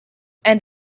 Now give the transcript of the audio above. and